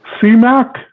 C-Mac